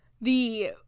the-